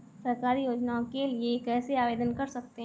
सरकारी योजनाओं के लिए कैसे आवेदन कर सकते हैं?